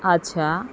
আচ্ছা